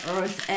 Earth